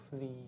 please